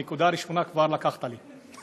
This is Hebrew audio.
את הנקודה הראשונה כבר לקחת לי.